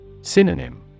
Synonym